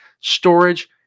storage